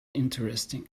interesting